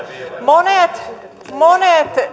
monet monet